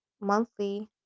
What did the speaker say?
monthly